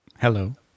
hello